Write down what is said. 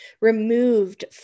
removed